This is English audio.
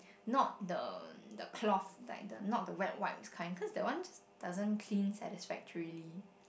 not the the cloth like the not the wet wipes kind cause that one doesn't clean satisfactorily